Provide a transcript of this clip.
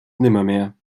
nimmermehr